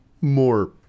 more